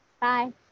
Bye